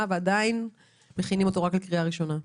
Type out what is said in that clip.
ועדיין מכינים אותו רק לקריאה ראשונה.